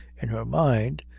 in her mind,